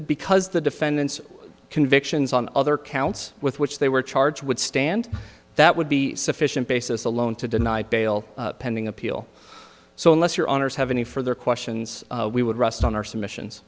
because the defendant's convictions on other counts with which they were charge would stand that would be sufficient basis alone to deny bail pending appeal so unless your honour's have any further questions we would rest on our submissions